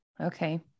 Okay